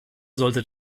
sollte